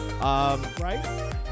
Right